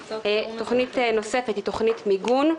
תוכנית נוספת היא תוכנית מיגון,